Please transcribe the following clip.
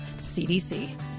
CDC